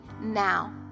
now